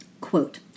Quote